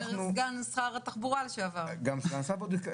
מה שחבר הכנסת מקלב אומר זה ממש נכון.